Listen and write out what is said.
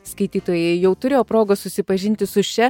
skaitytojai jau turėjo progos susipažinti su šia